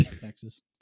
Texas